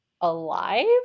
alive